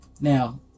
Now